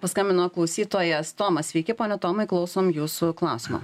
paskambino klausytojas tomas sveiki pone tomai klausom jūsų klausimo